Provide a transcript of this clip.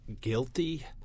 guilty